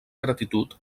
gratitud